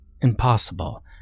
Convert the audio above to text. impossible